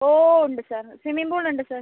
ഓ ഉണ്ട് sir swimming pool ഉണ്ട് sir